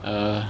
err